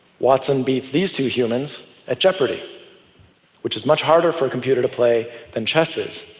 watson beats these two humans at jeopardy which is much harder for a computer to play than chess is.